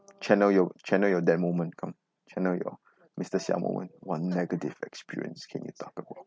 channel your channel your that moment come channel your mister siao moment what negative experience can you talk about